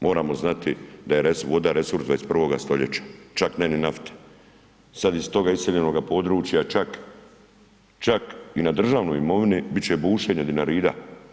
Moramo znati da je voda resurs 21. stoljeća, čak ne ni nafte, sada iz toga iseljenoga područja čak, čak i na državnoj imovini bit će bušenje Dinarida.